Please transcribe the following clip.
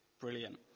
Brilliant